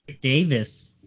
Davis